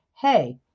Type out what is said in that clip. hey